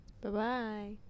Bye-bye